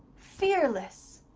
fearless,